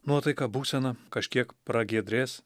nuotaika būsena kažkiek pragiedrės